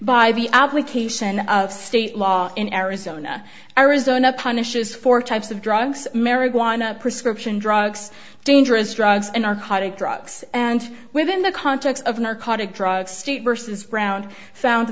by the application of state law in arizona arizona punishes four types of drugs marijuana prescription drugs dangerous drugs and are drugs and within the context of narcotic drugs state versus ground found t